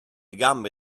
gambe